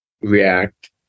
React